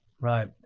Right